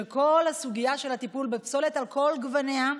כל סוגיית הטיפול בפסולת על כל גווניה,